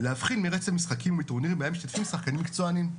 להבחין מרצף משחקים ומטורנירים בהם משתתפים שחקנים מקצוענים.